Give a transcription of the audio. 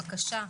בבקשה.